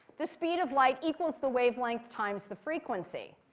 the speed of light equals the wavelength times the frequency.